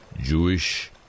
Jewish